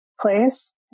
place